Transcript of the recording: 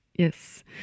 Yes